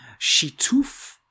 Shituf